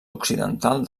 occidental